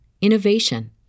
innovation